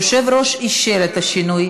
היושב-ראש אישר את השינוי,